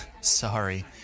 Sorry